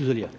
yderligere